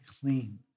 clean